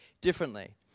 differently